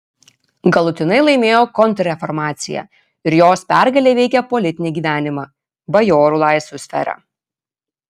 galutinai laimėjo kontrreformacija ir jos pergalė veikė politinį gyvenimą bajorų laisvių sferą